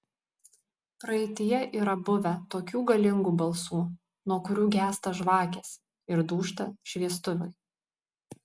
praeityje yra buvę tokių galingų balsų nuo kurių gęsta žvakės ir dūžta šviestuvai